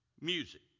music